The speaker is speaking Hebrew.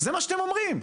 זה מה שאתם אומרים.